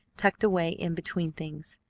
tucked away in between things.